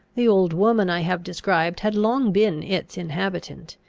the old woman i have described had long been its inhabitant,